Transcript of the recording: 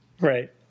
Right